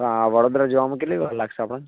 આ વડોદરા જવામાં કેટલી વાર લાગશે આપણને